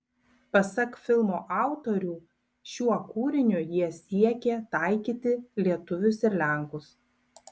pasak filmo autorių šiuo kūriniu jie siekė taikyti lietuvius ir lenkus